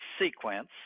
sequence